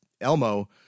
Elmo